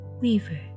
Weaver